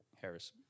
Harris